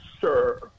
sir